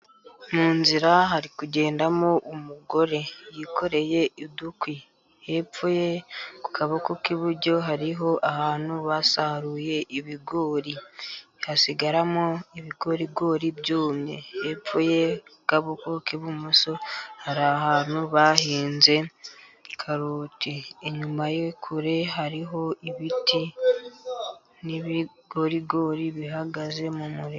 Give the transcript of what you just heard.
Mu nzira hari kugendamo umugore yikoreye, udukwi hepfo ye ku kaboko k'iburyo hariho ahantu basaruye ibigori hasigaramo ibigorigori byumye, hepfo ye ku kaboko k'ibumoso hari ahantu bahinze karoti inyuma ye kure hariho ibiti n'ibigorigori bihagaze mu murima.